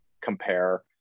compare